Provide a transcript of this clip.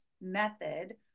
method